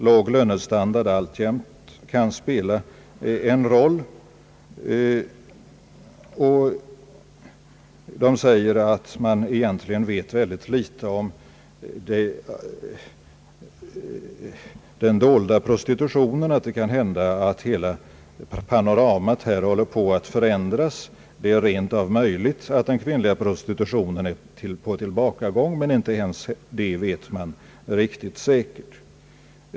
Låg lönestandard kan alltjämt spela en roll. De säger att man egentligen vet väldigt litet om den dolda prostitutionen; att det kan hända att hela panoramat här håller på att förändras. Det är rent av möjligt att den kvinnliga prostitutionen är på tillbakagång, men inte ens det vet man riktigt säkert.